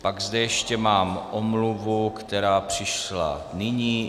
Pak zde ještě mám omluvu, která přišla nyní.